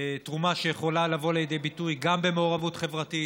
תרומה שיכולה לבוא לידי ביטוי גם במעורבות חברתית,